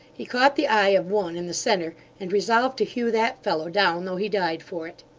he caught the eye of one in the centre, and resolved to hew that fellow down, though he died for it.